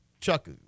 Chuck